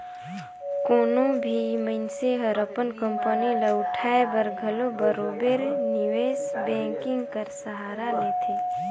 कोनो भी मइनसे हर अपन कंपनी ल उठाए बर घलो बरोबेर निवेस बैंकिंग कर सहारा लेथे